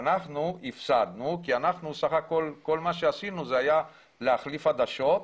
אנחנו הפסדנו כי סך הכול כל מה שעשינו זה היה להחליף עדשות,